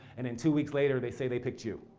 and then two weeks later they say, they picked you,